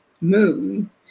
moon